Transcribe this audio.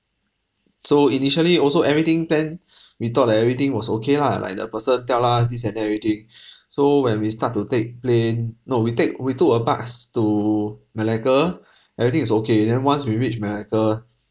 so initially also everything planned we thought like everything was okay lah like the person tell us this and that everything so when we start to take plane no we take we took a bus to malacca everything was okay then once we reach malacca